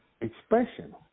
expression